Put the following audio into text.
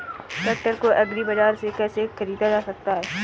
Tractor को agri बाजार से कैसे ख़रीदा जा सकता हैं?